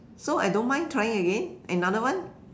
so I don't mind trying again another one